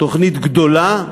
תוכנית גדולה,